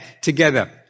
together